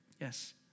yes